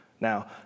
Now